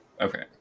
Okay